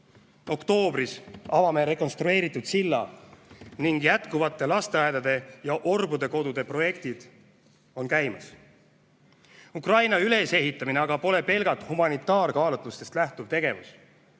Oktoobris avame rekonstrueeritud silla ning jätkuvad lasteaedade ja orbudekodude projektid. Ukraina ülesehitamine aga pole pelgalt humanitaarkaalutlustest lähtuv tegevus.